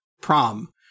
prom